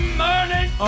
morning